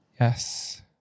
Yes